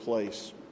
place